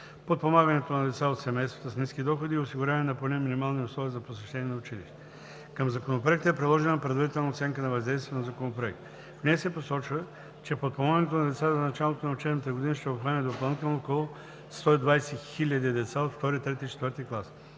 подпомагането на деца от семействата с ниски доходи и осигуряване на поне минимални условия за посещаване на училище. Към Законопроекта е приложена Предварителна оценка на въздействието на Законопроекта. В нея се посочва, че подпомагането на деца за началото на учебната година ще обхване допълнително около 120 хиляди деца от ІІ, ІІІ